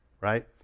Right